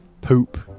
poop